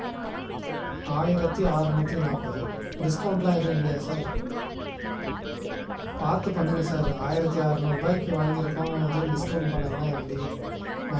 இதுக்கப்பறம் சமைச்சி சாப்பிட்ணுமானு எனக்கு வெறுப்பே வந்துருச்சு கடைசில ரெண்டு நாளாக எதோ கஷ்டப்பட்டு மறுபடி ஓட்டல்ல சமைச்சி ஸாரி ஓட்டல்ல சாப்பிட்டுக்கறேன் வேற வழி இல்லாமல் இப்போ மறுபடியும் அதே வேலை வேலையை தான் பார்க்க வேண்டியதாக இருக்குது